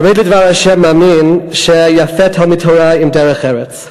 חרד לדבר ה' מאמין שיפה תלמוד תורה עם דרך ארץ,